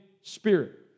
Spirit